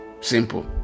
simple